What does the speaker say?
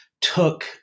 took